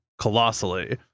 colossally